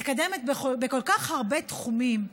מתקדמת בכל כך הרבה תחומים.